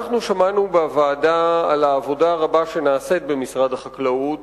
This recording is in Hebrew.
אנחנו שמענו בוועדה על העבודה שנעשית במשרד החקלאות,